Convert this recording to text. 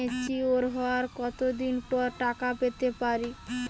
Mature হওয়ার কত দিন পর টাকা পেতে পারি?